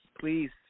please